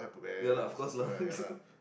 ya lah of course lah then